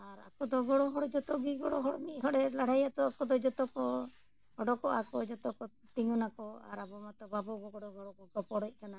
ᱟᱨ ᱟᱠᱚᱫᱚ ᱜᱚᱲᱚ ᱦᱚᱲ ᱡᱚᱛᱚᱜᱮ ᱜᱚᱲᱚ ᱦᱚᱲ ᱢᱤᱫ ᱦᱚᱲᱮ ᱞᱟᱹᱲᱦᱟᱹᱭᱟᱛᱚ ᱟᱠᱚ ᱫᱚ ᱡᱚᱛᱚ ᱠᱚ ᱚᱰᱳᱠᱚᱜᱼᱟᱠᱚ ᱡᱚᱛᱚ ᱠᱚ ᱛᱤᱸᱜᱩᱱᱟᱠᱚ ᱟᱨ ᱟᱵᱚ ᱢᱟᱛᱚ ᱵᱟᱵᱚᱱ ᱜᱚ ᱜᱚᱲᱚ ᱜᱚᱲᱚ ᱠᱚ ᱜᱚᱯᱚᱲᱮᱜ ᱠᱟᱱᱟ